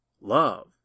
love